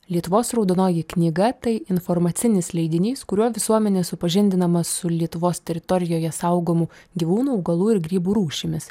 lietuvos raudonoji knyga tai informacinis leidinys kuriuo visuomenė supažindinama su lietuvos teritorijoje saugomų gyvūnų augalų ir grybų rūšimis